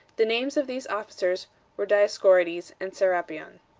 the names of these officers were dioscorides and serapion.